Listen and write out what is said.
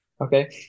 okay